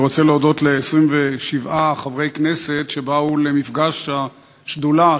אני רוצה להודות ל-27 חברי כנסת שבאו למפגש השדולה,